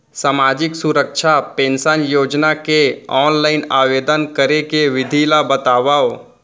सामाजिक सुरक्षा पेंशन योजना के ऑनलाइन आवेदन करे के विधि ला बतावव